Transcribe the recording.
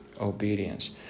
obedience